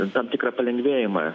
tam tikrą palengvėjimą